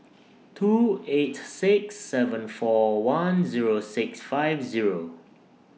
two eight six seven four one Zero six five Zero